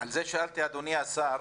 על זה שאלתי, אדוני השר.